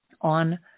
on